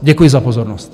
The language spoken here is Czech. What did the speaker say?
Děkuji za pozornost.